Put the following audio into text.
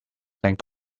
thank